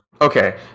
Okay